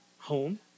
home